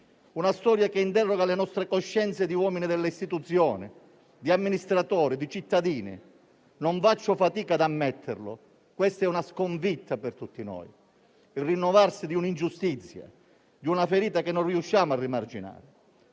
una storia che interroga le nostre coscienze di uomini delle istituzioni, di amministratori, di cittadini. Non faccio fatica ad ammetterlo: questa è una sconfitta per tutti noi, il rinnovarsi di un'ingiustizia, di una ferita che non riusciamo a rimarginare.